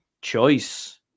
choice